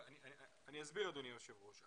אני אסביר אדוני היושב ראש.